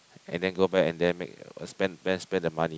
and then go back and then make uh spend then spend the money